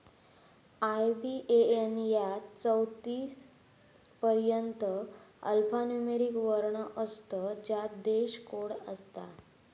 IBAN यात चौतीस पर्यंत अल्फान्यूमोरिक वर्ण असतत ज्यात देश कोड असता